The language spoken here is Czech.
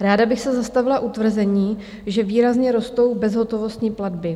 Ráda bych se zastavila u tvrzení, že výrazně rostou bezhotovostní platby.